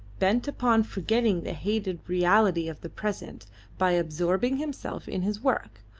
bent upon forgetting the hated reality of the present by absorbing himself in his work,